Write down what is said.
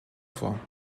vor